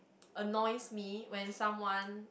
annoys me when someone